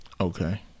Okay